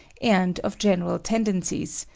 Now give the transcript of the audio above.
and of general tendencies,